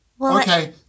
Okay